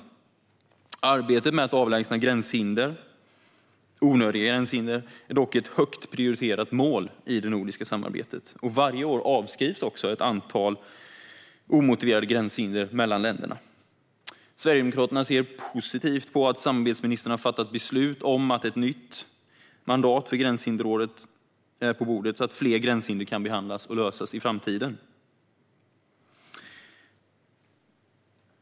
Arbetet med att avlägsna onödiga gränshinder är dock ett högt prioriterat mål i det nordiska samarbetet. Varje år avskrivs också ett antal omotiverade gränshinder mellan länderna. Sverigedemokraterna ser positivt på att samarbetsministrarna har fattat beslut om ett nytt mandat för Gränshinderrådet och att det är på bordet, så att fler gränshinder kan behandlas och lösas i framtiden.